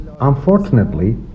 Unfortunately